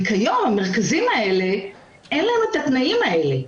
וכיום למרכזים האלה אין את התנאים האלה.